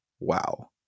Wow